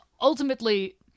ultimately